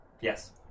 Yes